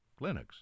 Linux